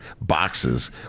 boxes